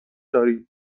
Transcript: داریم